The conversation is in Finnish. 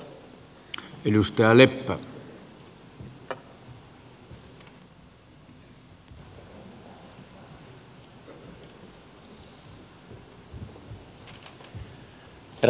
herra puhemies